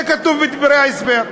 זה כתוב בדברי ההסבר.